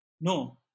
No